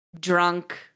drunk